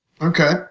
Okay